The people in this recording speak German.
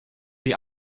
die